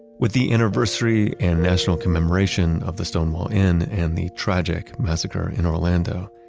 with the anniversary and national commemoration of the stonewall inn and the tragic massacre in orlando,